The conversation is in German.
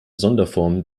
sonderform